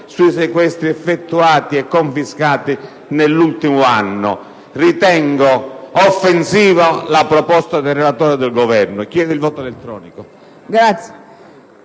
sui sequestri effettuati e sulle somme confiscate nell'ultimo anno. Reputo offensiva la proposta del relatore e del Governo